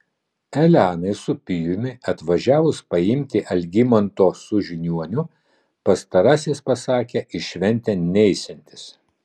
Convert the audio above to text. elenai su pijumi atvažiavus paimti algimanto su žiniuoniu pastarasis pasakė į šventę neisiantis